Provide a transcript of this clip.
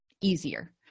easier